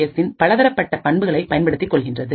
எஸ்ன் பலதரப்பட்ட பண்புகளையும் பயன்படுத்திக் கொள்கின்றது